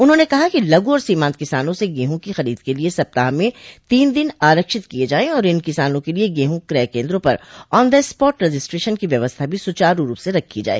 उन्होंने कहा कि लघु और सीमान्त किसानों से गेहूं की खरीद के लिए सप्ताह में तीन दिन आरक्षित किये जाय और इन किसानों के लिए गेहूं क्रय केन्द्रों पर ऑन द स्पाट रजिस्ट्रेशन की व्यवस्था भी सुचारू रूप से रखी जाय